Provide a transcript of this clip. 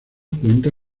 cuenta